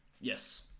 Yes